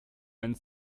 einen